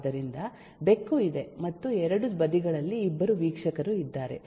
ಆದ್ದರಿಂದ ಬೆಕ್ಕು ಇದೆ ಮತ್ತು ಎರಡು ಬದಿಗಳಲ್ಲಿ ಇಬ್ಬರು ವೀಕ್ಷಕರು ಇದ್ದಾರೆ